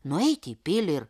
nueiti į pilį ir